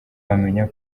wamenya